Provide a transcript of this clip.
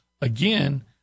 again